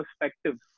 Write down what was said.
perspective